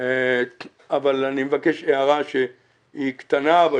אבל אני מבקש להעיר הערה שהיא קטנה אבל